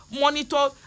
monitor